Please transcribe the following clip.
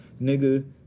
nigga